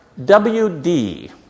WD